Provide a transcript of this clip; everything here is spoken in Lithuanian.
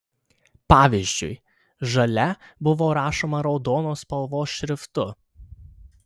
pavyzdžiui žalia buvo rašoma raudonos spalvos šriftu